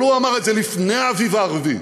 אבל הוא אמר את זה לפני האביב הערבי,